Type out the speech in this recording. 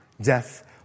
Death